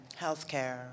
healthcare